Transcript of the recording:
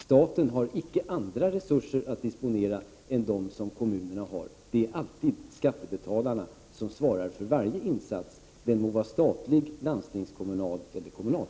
Staten har icke andra resurser att disponera än dem som kommunerna har. Det är alltid skattebetalarna som svarar för varje insats — den må vara statlig, landstingskommunal eller kommunal.